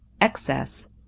Excess